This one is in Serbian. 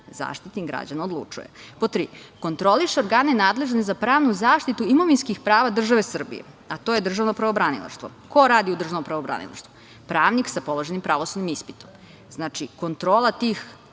zaštitnik građana odlučuje. Pod tri, kontroliše organe nadležne za pravnu zaštitu imovinskih prava države Srbije. To je državno pravobranilaštvo. Ko radi u državnom pravobranilaštvu? Pravnik sa položenim pravosudnim ispitom. Znači, kontrolu tih